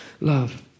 love